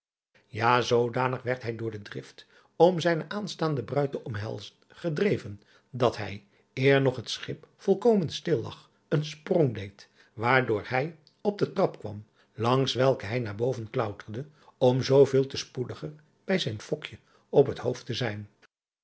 a zoodanig werd hij door de drift om zijne aanstaande bruid te omhelzen gedreven dat hij eer nog het schip volkomen stil lag een sprong deed waardoor hij op den trap kwam langs welken hij naar boven klauterde om zooveel te spoediger bij zijn op het hoofd te zijn